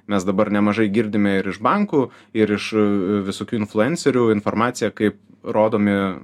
mes dabar nemažai girdime ir iš bankų ir iš visokių influencerių informaciją kaip rodomi